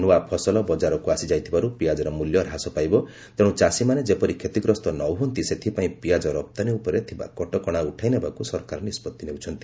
ନୂଆ ଫସଲ ବଜାରକୁ ଆସିଯାଇଥିବାରୁ ପିଆଜର ମୂଲ୍ୟ ହ୍ରାସ ପାଇବ ତେଣୁ ଚାଷୀମାନେ ଯେପରି କ୍ଷତିଗ୍ରସ୍ତ ନହୁଅନ୍ତି ସେଥିପାଇଁ ପିଆଜ ରପ୍ତାନୀ ଉପରେ ଥିବା କଟକଣା ଉଠାଇ ନେବାକୁ ସରକାର ନିଷ୍ପଭି ନେଉଛନ୍ତି